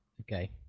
okay